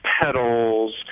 petals